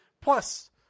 plus